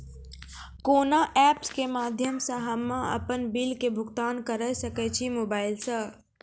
कोना ऐप्स के माध्यम से हम्मे अपन बिल के भुगतान करऽ सके छी मोबाइल से?